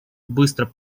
быстро